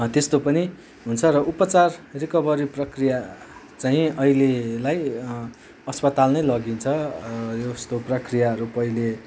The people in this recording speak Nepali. त्यस्तो पनि हुन्छ र उपचार रिकभरी प्रक्रिया चाहिँ अहिलेलाई अस्पताल नै लगिन्छ यस्तो प्रक्रियाहरू पहिले